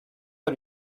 are